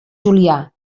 julià